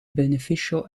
beneficial